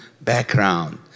background